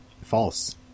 False